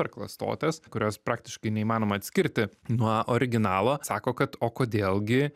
ar klastotes kurios praktiškai neįmanoma atskirti nuo originalo sako kad o kodėl gi